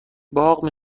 باغ